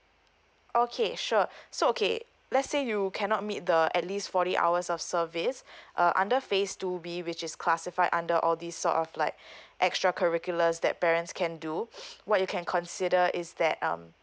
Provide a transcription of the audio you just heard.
okay sure so okay let's say you cannot meet the at least forty hours of service uh under phase two B which is classified under all these sort of like extra curricular step parents can do what you can consider is that um